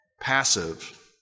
passive